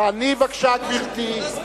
תעני בבקשה, גברתי,